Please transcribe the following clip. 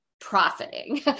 profiting